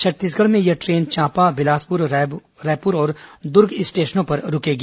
छत्तीसगढ़ में यह ट्रेन चांपा बिलासपुर रायपुर और दुर्ग स्टेशनों में रूकेगी